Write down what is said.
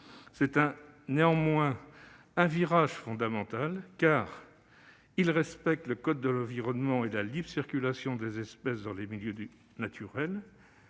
néanmoins un virage fondamental, car, tout d'abord, elle respecte le code de l'environnement et la libre circulation des espèces dans les milieux naturels.